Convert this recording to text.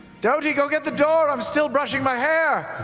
doty, go get the door. i'm still brushing my hair.